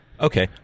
Okay